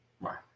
Right